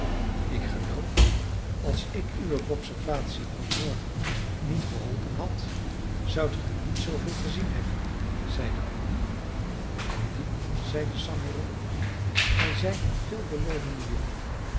ik geloof als ik uwe bopservasie van morgen niet geholpen had zoudt ge niet zooveel gezien hebben zeide andy andy zeide sam hierop ge zijt een veelbelovende jongen